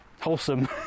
Wholesome